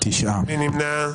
מי נמנע?